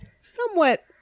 somewhat